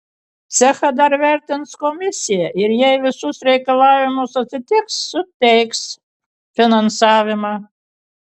cechą dar vertins komisija ir jei visus reikalavimus atitiks suteiks finansavimą